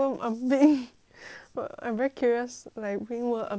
but I'm very curious like ring worm armpit 是什么